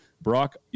Brock